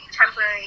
temporary